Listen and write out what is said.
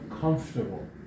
comfortable